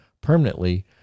permanently